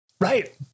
Right